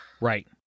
Right